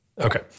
Okay